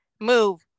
Move